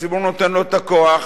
שהציבור נותן לו את הכוח,